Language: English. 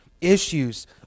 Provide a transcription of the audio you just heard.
issues